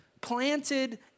planted